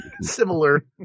Similar